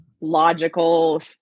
logical